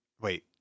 wait